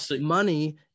money